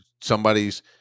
somebody's